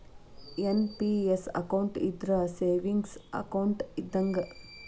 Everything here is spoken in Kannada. ಎನ್.ಪಿ.ಎಸ್ ಅಕೌಂಟ್ ಇದ್ರ ಸೇವಿಂಗ್ಸ್ ಅಕೌಂಟ್ ಇದ್ದಂಗ